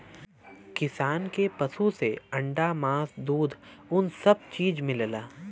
किसान के पसु से अंडा मास दूध उन सब चीज मिलला